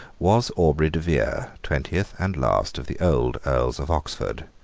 was aubrey de vere, twentieth and last of the old earls of oxford.